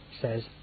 says